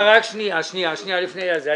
רק שנייה, לפני זה.